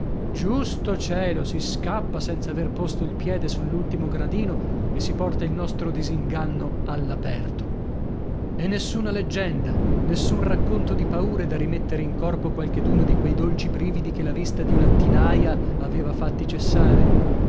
giusto cielo si scappa senza aver posto il piede sull'ultimo gradino e si porta il nostro disinganno all'aperto e nessuna leggenda nessun racconto di paure da rimettere in corpo qualcheduno di quei dolci brividi che la vista di una tinaia aveva fatti cessare